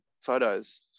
photos